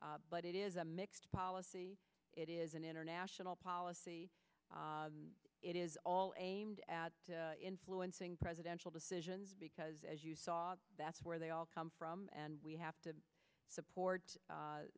but it is a mixed policy it is an international policy and it is all aimed at influencing presidential decisions because as you saw that's where they all come from and we have to support